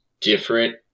different